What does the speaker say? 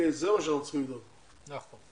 ולכן